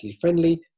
friendly